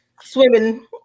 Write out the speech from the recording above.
swimming